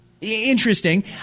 Interesting